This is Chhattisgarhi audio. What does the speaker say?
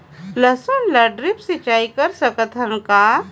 लसुन ल ड्रिप सिंचाई कर सकत हन का?